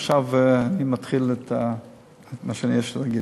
עכשיו אני מתחיל את מה שיש לי להגיד,